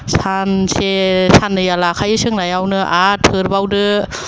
सानसे साननैआ लाखायो सोंनायावनो आर थोरबावदो